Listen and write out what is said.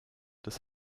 des